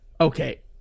okay